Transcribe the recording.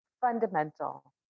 fundamental